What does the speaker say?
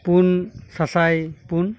ᱯᱩᱱ ᱥᱟᱥᱟᱭ ᱯᱩᱱ